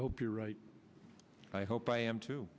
hope you're right i hope i am too